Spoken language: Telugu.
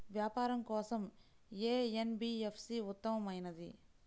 వ్యాపారం కోసం ఏ ఎన్.బీ.ఎఫ్.సి ఉత్తమమైనది?